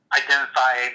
identify